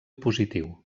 positiu